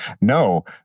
no